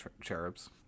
cherubs